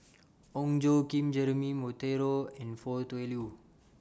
Ong Tjoe Kim Jeremy Monteiro and Foo Tui Liew